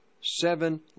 seven